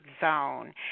zone